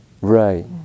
Right